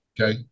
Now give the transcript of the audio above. okay